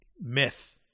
myth